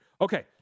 Okay